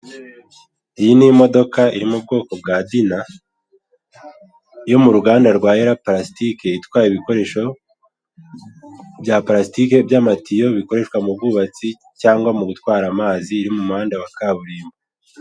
Iyi ni imodoka iri mubwoko bwa dina, yo muruganda rwa era parasitike itwaye ibikoresho bya parasitike by'amatiyo bikoreshwa mu bwubatsi cyangwa mugutwara amazi, iri mumuhanda wa kaburimbo.